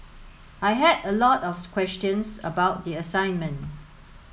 I had a lot of questions about the assignment